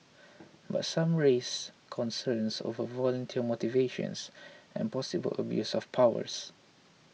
but some raise concerns over volunteer motivations and possible abuse of powers